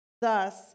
thus